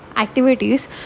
activities